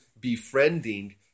befriending